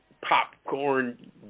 Popcorn